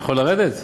יכול לרדת,